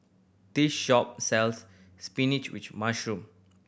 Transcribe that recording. this shop sells spinach with mushroom